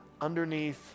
underneath